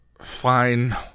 fine